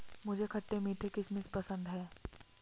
मुझे खट्टे मीठे किशमिश पसंद हैं